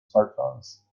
smartphones